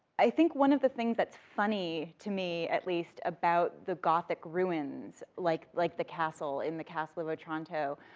i think one of the things that's funny, to me, at least, about the gothic ruins, like like the castle, in the castle of otranto,